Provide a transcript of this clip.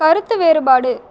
கருத்து வேறுபாடு